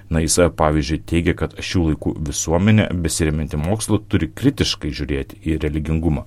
na jisai pavyzdžiui teigia kad šių laikų visuomenė besiremianti mokslu turi kritiškai žiūrėti į religingumą